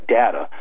data